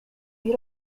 you